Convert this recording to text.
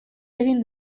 egin